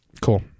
Cool